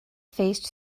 faced